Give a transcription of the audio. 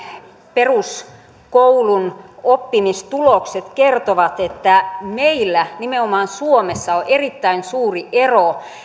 peruskoulun oppimistulokset kertovat että nimenomaan meillä suomessa on erittäin suuri ero